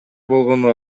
болгону